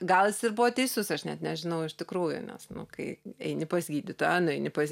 gal jis ir buvo teisus aš net nežinau iš tikrųjų nes nu kai eini pas gydytoją nueini pas